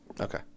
Okay